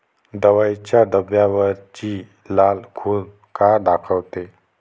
दवाईच्या डब्यावरची लाल खून का दाखवते?